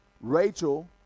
Rachel